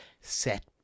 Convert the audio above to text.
Set